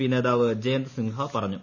P നേതാവ് ജയന്ത് സിൻഹ പറഞ്ഞു